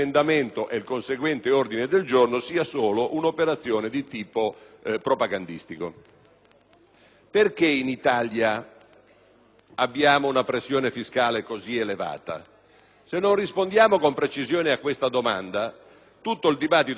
Perché in Italia abbiamo una pressione fiscale così elevata? Se non rispondiamo con precisione a questa domanda, tutto il dibattito conseguente è privo del necessario fondamento. La risposta la conosciamo tutti: